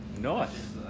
Nice